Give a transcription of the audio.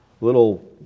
little